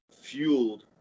fueled